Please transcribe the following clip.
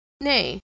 Nay